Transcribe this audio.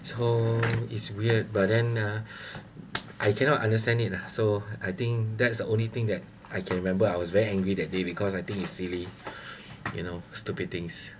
so is weird but then uh I cannot understand it so I think that's the only thing that I can remember I was very angry that day because I think is silly you know stupid things